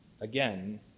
again